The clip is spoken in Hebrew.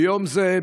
ביום זה,